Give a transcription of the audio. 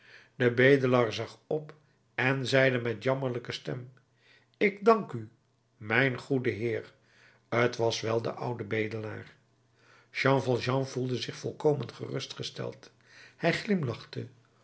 de bedelaar zag op en zeide met jammerlijke stem ik dank u mijn goede heer t was wel de oude bedelaar jean valjean voelde zich volkomen gerustgesteld hij glimlachte